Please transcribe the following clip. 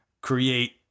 create